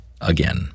again